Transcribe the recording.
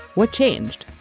what changed?